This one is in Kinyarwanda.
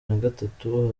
nagatatu